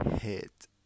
hit